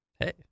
Hey